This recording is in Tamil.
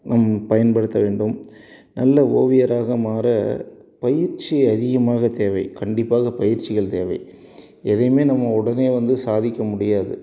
நம்ம பயன்படுத்த வேண்டும் நல்ல ஓவியராக மாற பயிற்சி அதிகமாக தேவை கண்டிப்பாக பயிற்சிகள் தேவை எதையும் நம்ம உடனே வந்து சாதிக்க முடியாது